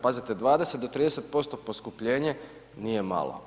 Pazite, 20 do 30% poskupljenje nije malo.